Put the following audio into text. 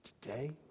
today